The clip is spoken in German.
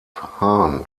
hahn